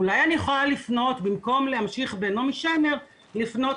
אולי אני יכולה במקום להמשיך לנעמי שמר לפנות